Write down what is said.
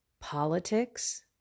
politics